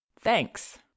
Thanks